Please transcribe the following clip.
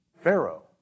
Pharaoh